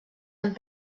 amb